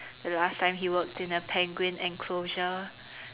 the last time he worked in a penguin enclosure